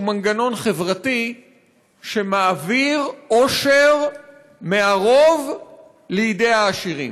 הוא מנגנון חברתי שמעביר עושר מהרוב לידי העשירים.